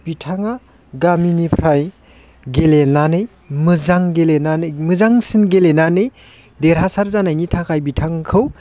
बिथाङा गामिनिफ्राय गेलेनानै मोजां गेलेनानै मोजांसिन गेलेनानै देरहासार जानायनि थाखाय बिथांखौ